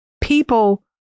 people